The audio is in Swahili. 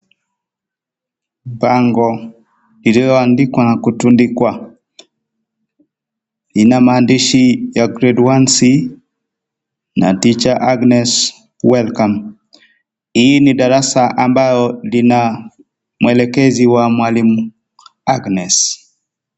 Bango iliyoandikwa na kutundikuwa. Ina maandishi ya (CS)grad (CS)1C na (CS)teacher(CS) Agnes. Welcome. Hii ni darasa ambayo lina mwelekezi wa wmalimu Agnes.